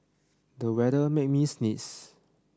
the weather made me sneeze